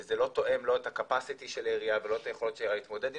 וזה לא תואם את הקפסיטי של העירייה ולא את היכולת שלה להתמודד עם,